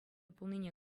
пулнине